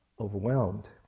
overwhelmed